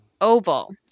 Oval